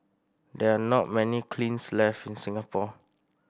there are not many kilns left in Singapore